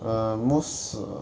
err most